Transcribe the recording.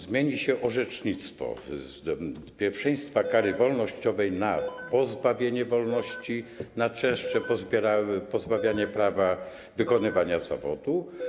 Zmieni się orzecznictwo: z pierwszeństwa kary wolnościowej na pozbawienie wolności, na częstsze pozbawianie prawa wykonywania zawodu.